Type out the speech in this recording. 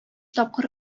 тапкыр